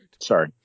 Sorry